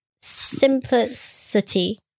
Simplicity